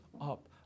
up